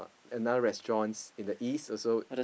another restaurants in the east also